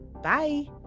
Bye